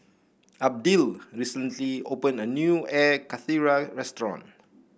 Abdiel recently opened a new Air Karthira restaurant